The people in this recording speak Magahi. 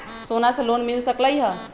सोना से लोन मिल सकलई ह?